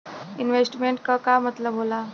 Investment क का मतलब हो ला?